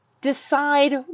decide